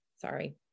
sorry